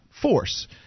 force